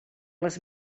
les